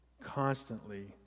constantly